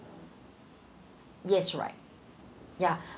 yes right ya